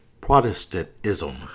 Protestantism